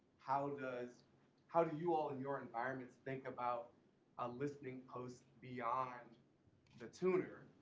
how does how do you all in your environment think about a listening post beyond the tuner?